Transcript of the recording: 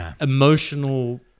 emotional